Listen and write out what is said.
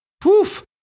Poof